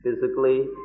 physically